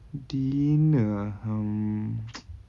dinner hmm